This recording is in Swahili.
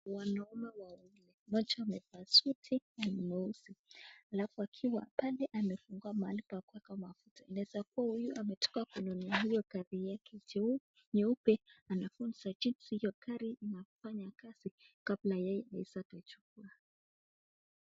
Wanaume wawili ambacho wamevaa suti na ni nyeusi alafu akiwa pale amefungua mahali pa kuweka mafuta. Inaweza kuwa huyu ametoka kunyunyizia gari yake juu nyeupe alafu kufunzwa jinsi gari inafanya kazi kabala yeye aweza kujukua.